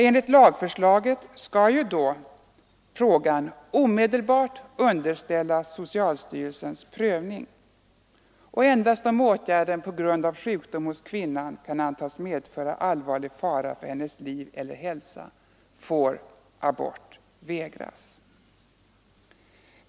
Enligt lagförslaget skall då frågan omedelbart underställas socialstyrelsens prövning. Endast om åtgärden på grund av sjukdom hos kvinnan kan antas medföra allvarlig fara för hennes liv eller hälsa får abort vägras.